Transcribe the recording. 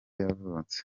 yavutse